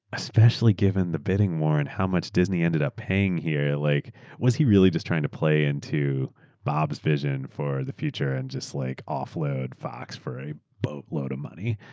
especially given the bidding more on and how much disney ended up paying here. like was he really just trying to play into bob's vision for the future and just like off-load fox for a boat-load of money?